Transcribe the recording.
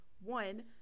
one